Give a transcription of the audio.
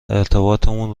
ارتباطمون